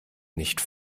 nicht